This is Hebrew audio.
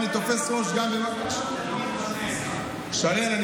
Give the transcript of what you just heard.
כן, שרן, פרוש פה.